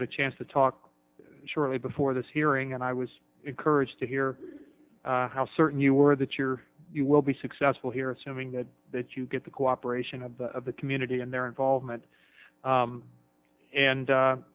had a chance to talk shortly before this hearing and i was encouraged to hear how certain you were that your you will be successful here assuming that that you get the cooperation of the community and their involvement and